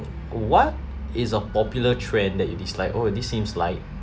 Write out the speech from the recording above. what is a popular trend that you dislike oh this seems like